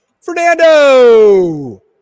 Fernando